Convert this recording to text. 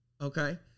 Okay